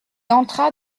entra